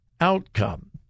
outcome